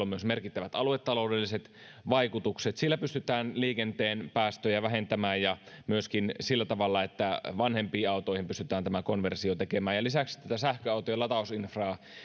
on myös merkittävät aluetaloudelliset vaikutukset sillä pystytään liikenteen päästöjä vähentämään ja myöskin sillä tavalla että vanhempiin autoihin pystytään tämä konversio tekemään lisäksi tätä sähköautojen latausinfraa